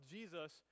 Jesus